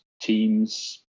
teams